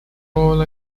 royal